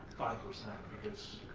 percent because